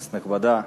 כנסת נכבדה,